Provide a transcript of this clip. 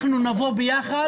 אנחנו נבוא ביחד,